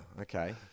okay